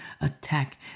attack